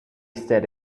said